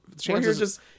Chances